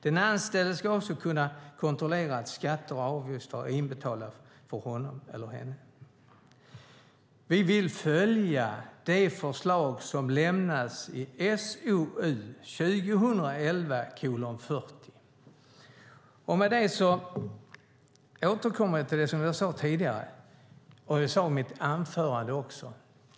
Den anställde ska också kunna kontrollera att skatter och avgifter har inbetalats för honom eller henne. Vi vill följa det förslag som lämnades i SoU 2011:40. I och med det återkommer jag till det som jag sade tidigare i mitt anförande.